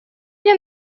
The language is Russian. мне